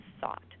thought